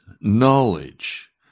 knowledge